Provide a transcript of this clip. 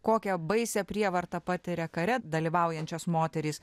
kokią baisią prievartą patiria kare dalyvaujančios moterys